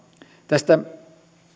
näistä